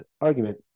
argument